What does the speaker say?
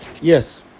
Yes